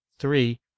three